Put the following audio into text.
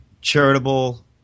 charitable